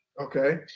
Okay